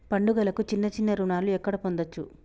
పండుగలకు చిన్న చిన్న రుణాలు ఎక్కడ పొందచ్చు?